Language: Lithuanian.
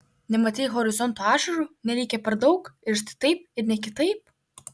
nematei horizonto ašarų nereikia per daug ir štai taip ir ne kitaip